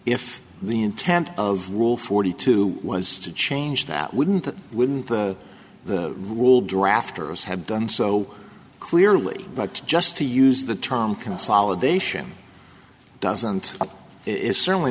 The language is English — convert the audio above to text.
if the intent of rule forty two was to change that wouldn't that wouldn't the rule drafters have done so clearly but just to use the term consolidation doesn't it is certainly